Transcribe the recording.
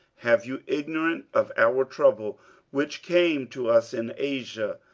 have you ignorant of our trouble which came to us in asia,